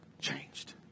changed